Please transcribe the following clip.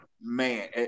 man